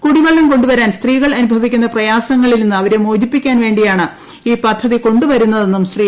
കുടിവെള്ളം കൊണ്ടു വരാൻ സ്ത്രീകൾ അനുഭവിക്കുന്ന പ്രയാസങ്ങളിൽ നിന്ന് അവരെ മോചിപ്പിക്കാൻ വേണ്ടിയാണ് ഈ പദ്ധതി കൊണ്ടുവരുന്നതെന്നും ശ്രീ